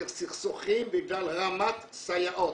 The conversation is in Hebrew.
זה סכסוכים בגלל רמת סייעות.